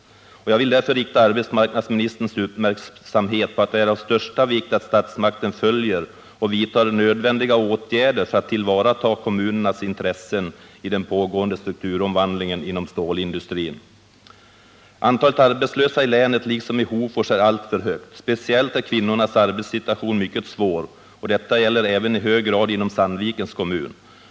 Jag vill rikta arbetsmarknadsministerns uppmärksamhet på att det är av största vikt att statsmakterna följer utvecklingen och vidtar nödvändiga åtgärder för att tillvarata kommunernas intressen i den pågående strukturomvandlingen inom stålindustrin. Antalet arbetslösa i hela länet är liksom i Hofors alltför stort. Speciellt är kvinnornas arbetssituation mycket svår, och detta gäller även i hög grad inom Sandvikens kommun.